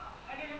என்னது:ennathu